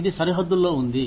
ఇది సరిహద్దుల్లో ఉంది